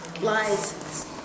Lies